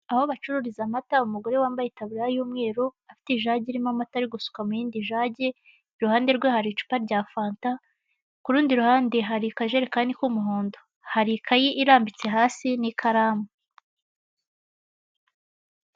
Aho bacururiza amata hari umugore wambaye itaburiya y'umweru, afite ijagi irimo amata ari gusuka mu yindi jagi, i ruhande rwe hari icupa rya fanta, ku rundi ruhande hari ijerekani y'umuhondo, hari ikayi irambitse hasi n'ikaramu.